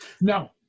No